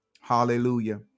Hallelujah